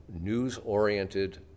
news-oriented